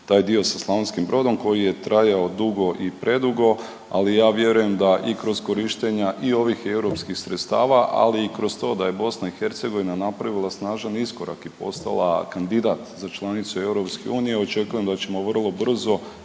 taj dio sa Slavonskim Brodom koji je trajao dugo i predugo, ali ja vjerujem da i kroz korištenja i ovih EU sredstava, ali i kroz to da je BiH napravila snažan iskorak i postala kandidat za članicu EU, očekujem da ćemo vrlo brzo